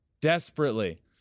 desperately